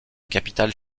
capitale